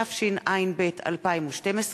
התשע"ב 2012,